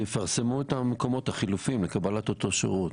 יפרסמו את המקומות החלופיים לקבלת אותו שירות.